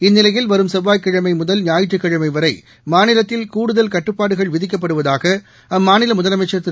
இந்நிலையில் வரும் செவ்வாய்க்கிழமை முதல் ஞாயிற்றுக்கிழமை வரை மாநிலத்தில் கூடுதல் கட்டுப்பாட்டுகள் விதிக்கப்படுவதாக அம்மாநில முதலமைச்சர் திரு